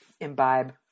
imbibe